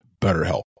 BetterHelp